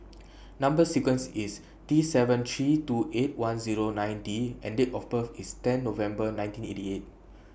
Number sequences IS T seven three two eight one Zero nine D and Date of birth IS tenth November nineteen eighty eight